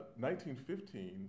1915